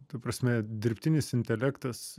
ta prasme dirbtinis intelektas